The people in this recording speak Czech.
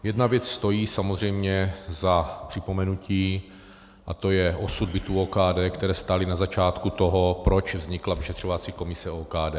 Jedna věc stojí samozřejmě za připomenutí, a to je osud bytů OKD, které stály na začátku toho, proč vznikla vyšetřovací komise OKD.